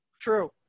True